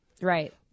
right